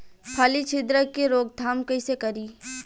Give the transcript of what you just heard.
फली छिद्रक के रोकथाम कईसे करी?